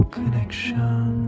connection